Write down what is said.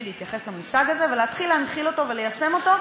מתחיל להתייחס למושג הזה ולהתחיל להנחיל אותו וליישם אותו.